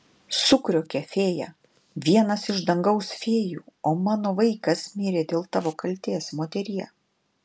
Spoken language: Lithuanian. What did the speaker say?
sukriokė fėja vienas iš dangaus fėjų o mano vaikas mirė dėl tavo kaltės moterie